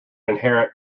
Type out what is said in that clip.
inherent